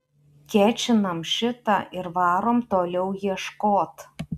kečinam šitą ir varom toliau ieškot